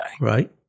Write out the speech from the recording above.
Right